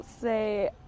say